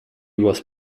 was